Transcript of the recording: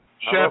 Chef